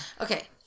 Okay